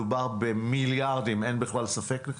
מדובר במיליארדים, אין בכלל ספק בכך,